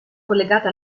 collegate